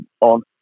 on